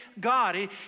God